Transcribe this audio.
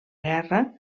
guerra